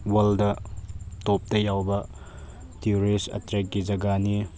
world ꯇꯣꯞꯇ ꯌꯥꯎꯕ tourist ꯑꯦꯇ꯭ꯔꯦꯛꯀꯤ ꯖꯒꯥꯅꯤ